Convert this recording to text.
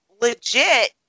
legit